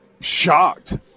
shocked